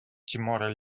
тимора